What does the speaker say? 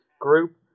group